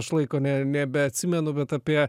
aš laiko ne nebeatsimenu bet apie